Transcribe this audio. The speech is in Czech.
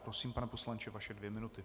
Prosím, pane poslanče, vaše dvě minuty.